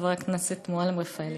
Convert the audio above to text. חברת הכנסת מועלם-רפאלי.